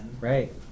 right